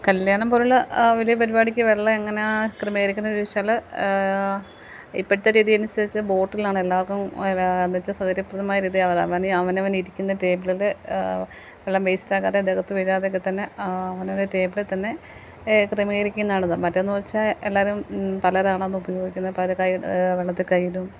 കല്യാണം പോലുള്ള വലിയ പരിപാടിക്ക് വെള്ളം എങ്ങനെയാ ക്രമീകരിക്കുന്നത് ചോദിച്ചാൽ ഇപ്പോഴത്തെ രീതി അനുസരിച്ച് ബോട്ടിലാണ് എല്ലാവർക്കും എന്നുവെച്ചാൽ സൗകര്യപ്രദമായ രീതി അവനവന് ഇരിക്കുന്ന ടേബിളിൽ വെള്ളം വേസ്റ്റ് ആകാതെ ദേഹത്ത് വീഴാതെയൊക്കെത്തന്നെ അവനവൻ്റെ ടേബിളിൽ തന്നെ ക്രമീകരിക്കുന്നതാണിത് മറ്റത് എന്ന് വെച്ചാൽ എല്ലാവരും പലരാണത് ഉപയോഗിക്കുന്നത് പല വെള്ളത്തിൽ കയ്യിടും